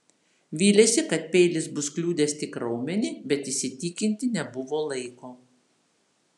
vylėsi kad peilis bus kliudęs tik raumenį bet įsitikinti nebuvo laiko